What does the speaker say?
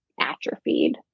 atrophied